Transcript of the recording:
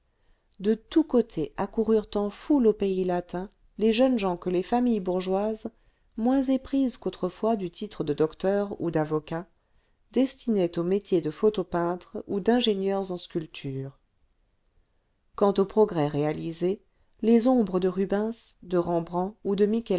de tous côtés accoururent en foule au pays latin les jeunes gens que les familles bourgeoises moins éprises qu'autrefois du titre de docteur ou d'avocat destinaient au métier de photopeintres ou d'ingénieurs en sculpture quant au progrès réabsé les ombres de rubens de rembrandt ou de